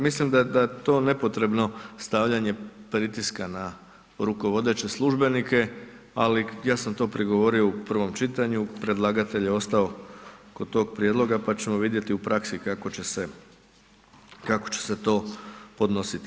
Mislim da je to nepotrebno stavljanje pritiska na rukovodeće službenike, ali ja sam to prigovorio u prvom čitanju, predlagatelj je ostao kod tog prijedloga pa ćemo vidjeti u praksi kako će se, kako će se to podnositi.